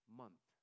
month